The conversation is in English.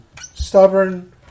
stubborn